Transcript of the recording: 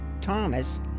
Thomas